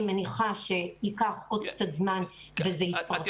אני מניחה שייקח עוד קצת זמן וזה יתפרסם.